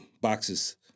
boxes